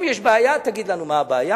אם יש בעיה, תגיד לנו מה הבעיה.